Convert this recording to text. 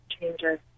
changes